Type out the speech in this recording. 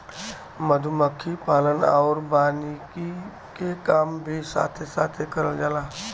मधुमक्खी पालन आउर वानिकी के काम भी साथे साथे करल जाला